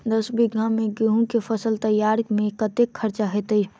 दस बीघा मे गेंहूँ केँ फसल तैयार मे कतेक खर्चा हेतइ?